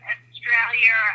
Australia